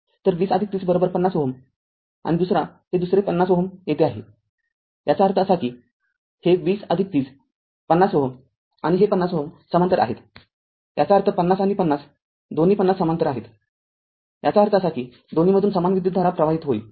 तर २०३०५० Ω आणि दुसरा आणि हे दुसरे ५० Ω येथे आहे याचा अर्थ असा की हे २०३० ५०Ω आणि हे ५० Ω ते समांतर आहेत याचा अर्थ ५० आणि ५० दोन्ही ५० समांतर आहेत याचा अर्थ असा की दोन्हीमधून समान विद्युतधारा प्रवाहित होईल